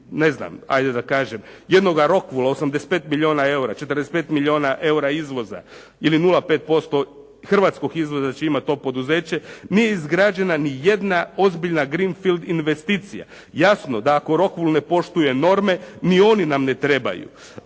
ne znam, ajde da kažem jednoga Rokvula 85 milijuna EUR-a, 45 milijuna EUR-a izvoza ili 0,5% hrvatskog izvoza će imati to poduzeće nije izgrađena ni jedna ozbiljna «green field» investicija. Jasno da ako Rokvul ne poštuje norme ni oni nam ne trebaju.